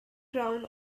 ground